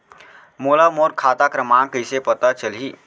मोला मोर खाता क्रमाँक कइसे पता चलही?